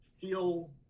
feel